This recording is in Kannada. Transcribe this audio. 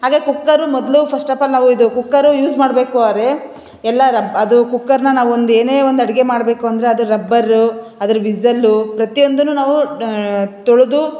ಹಾಗೆ ಕುಕ್ಕರು ಮೊದಲು ಫಸ್ಟ್ ಆಫ್ ಆಲ್ ನಾವು ಇದು ಕುಕ್ಕರು ಯೂಸ್ ಮಾಡಬೇಕು ಅರೆ ಎಲ್ಲ ರಬ್ ಅದು ಕುಕ್ಕರನ್ನ ನಾವು ಒಂದು ಏನೇ ಒಂದು ಅಡುಗೆ ಮಾಡಬೇಕು ಅಂದರೆ ಅದು ರಬ್ಬರು ಅದ್ರ ವಿಝೆಲ್ಲು ಪ್ರತಿಯೊಂದನ್ನೂ ನಾವು ತೊಳೆದು